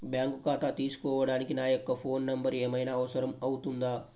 Bank ఖాతా తీసుకోవడానికి నా యొక్క ఫోన్ నెంబర్ ఏమైనా అవసరం అవుతుందా?